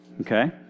okay